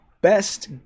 best